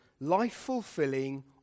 life-fulfilling